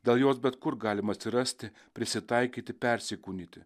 dėl jos bet kur galima atsirasti prisitaikyti persikūnyti